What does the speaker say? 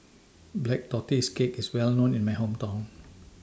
Black Tortoise Cake IS Well known in My Hometown